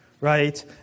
Right